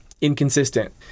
inconsistent